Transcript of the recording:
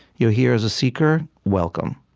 you're here as a seeker welcome.